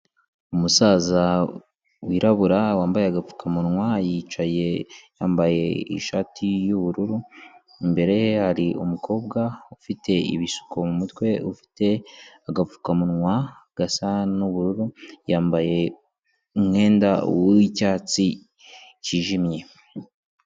Umusaza wirabura, wambaye agapfukamunwa yicaye, yambaye ishati y'ubururu, imbere ye hari umukobwa ufite ibisuko mu mutwe, ufite agapfukamunwa gasa n'ubururu, yambaye umwenda w'icyatsi cyijimye.